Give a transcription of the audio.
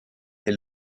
est